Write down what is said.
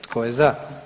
Tko je za?